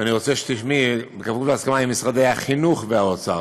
ואני רוצה שתשמעי, עם משרד החינוך ומשרד האוצר.